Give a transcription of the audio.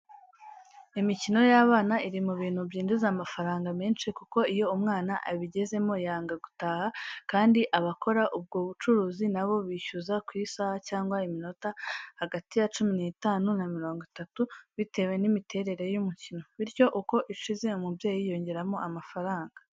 Imikino y'abana iri mu bintu byinjiza amafaranga menshi kuko iyo umwana abigezemo yanga gutaha, kandi abakora ubwo bucuruzi nabo bishyuza ku isaha cyangwa iminota hagati ya cumi n'itanu na mirongo itatu bitewe n'imiterere y'umukino, bityo uko ishize umubyeyi yongeramo amafaranga.